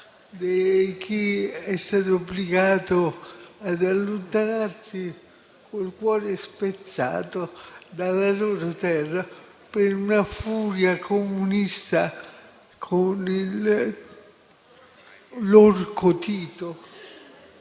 di chi è stato obbligato ad allontanarsi col cuore spezzato dalla propria terra per una furia comunista, con l'orco Tito.